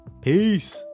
Peace